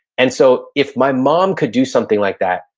and so if my mom could do something like that,